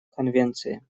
конвенции